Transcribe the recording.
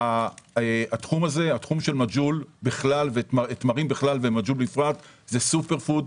תחום התמרים בכלל והמג'הול בפרט זה סופר-פוד.